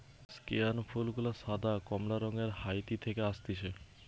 স্কেয়ান ফুল গুলা সাদা, কমলা রঙের হাইতি থেকে অসতিছে